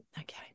okay